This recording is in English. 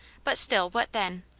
but still, what then?